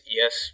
yes